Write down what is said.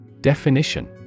Definition